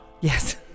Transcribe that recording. Yes